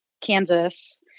Kansas